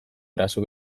eraso